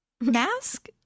mask